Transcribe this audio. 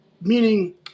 meaning